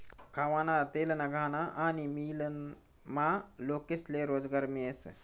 खावाना तेलना घाना आनी मीलमा लोकेस्ले रोजगार मियस